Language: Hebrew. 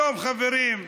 היום, חברים,